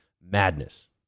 Madness